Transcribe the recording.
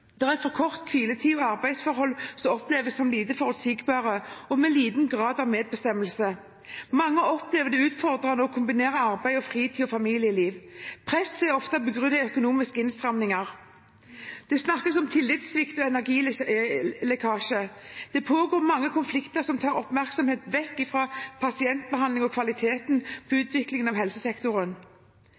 er for kort hviletid, og det er arbeidsforhold som oppleves som lite forutsigbare – og med liten grad av medbestemmelse. Mange opplever det utfordrende å kombinere arbeidet med fritid og familieliv. Presset er ofte begrunnet i økonomiske innstramminger. Det snakkes om tillitssvikt og energilekkasje. Det pågår mange konflikter som tar oppmerksomhet vekk fra pasientbehandling og fra kvalitet i utviklingen av helsesektoren.